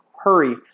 Hurry